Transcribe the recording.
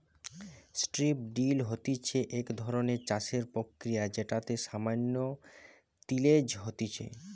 strip drill হতিছে এক ধরণের চাষের প্রক্রিয়া যেটাতে সামান্য তিলেজ হতিছে